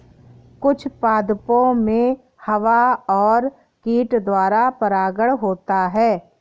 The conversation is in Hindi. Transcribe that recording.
कुछ पादपो मे हवा और कीट द्वारा परागण होता है